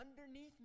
underneath